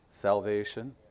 salvation